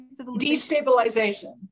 Destabilization